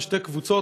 בין שתי קבוצות.